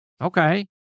Okay